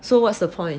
so what's the point